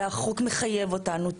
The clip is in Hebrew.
והחוק מחייב אותנו,